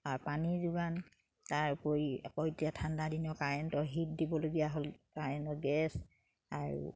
আৰু পানী যোগান তাৰ উপৰি আকৌ এতিয়া ঠাণ্ডাদিনত কাৰেণ্টৰ হিট দিবলগীয়া হ'ল কাৰেণ্টৰ গেছ আৰু